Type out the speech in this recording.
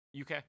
UK